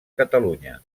catalunya